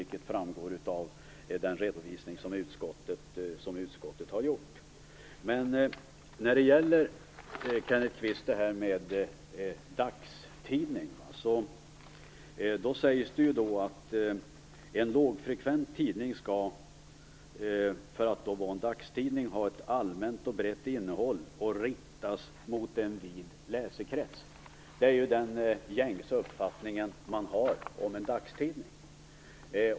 Detta framgår av utskottets redovisning. Men, Kenneth Kvist, i frågan om dagstidningar sägs det att en lågfrekvent tidning skall, för att vara en dagstidning, ha ett allmänt och brett innehåll och vara riktad till en vid läsekrets. Det är den gängse uppfattningen om vad som gäller för en dagstidning.